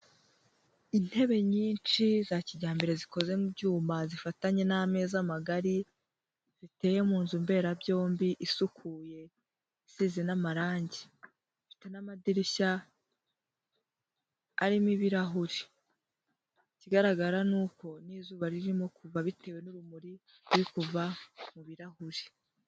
Intebe nyinshi za kijyambere zikoze mu byuma zifatanye n'ameza magari, ziteye mu nzu mberabyombi isukuye, isize n'amarangi. Ifite n'amadirishya arimo ibirahuri. Ikigaragara ni uko n'izuba ririmo kuva bitewe n'urumuri ruri kuva mu birarahuri.